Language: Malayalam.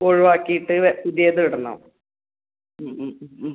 ഒഴിവാക്കിയിട്ട് പുതിയത് ഇടണം ഉം ഉം ഉം ഉം